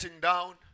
down